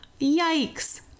yikes